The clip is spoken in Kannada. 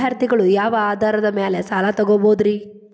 ವಿದ್ಯಾರ್ಥಿಗಳು ಯಾವ ಆಧಾರದ ಮ್ಯಾಲ ಸಾಲ ತಗೋಬೋದ್ರಿ?